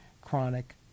Chronic